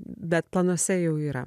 bet planuose jau yra